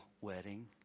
wedding